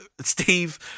Steve